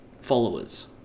followers